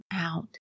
out